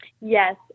Yes